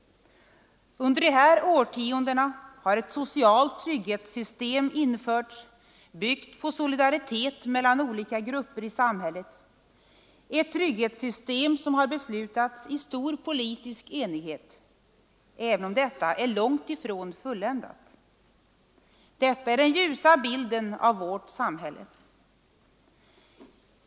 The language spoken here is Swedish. Under de här årtiondena har ett socialt trygghetssystem införts, byggt på solidaritet mellan olika grupper i samhället — ett trygghetssystem som har beslutats i stor politisk enighet — även om det är långt ifrån fulländat. Detta är den ljusa bilden av vårt samhälle.